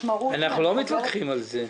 אנחנו לא מתווכחים על זה.